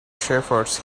shepherds